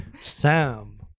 Sam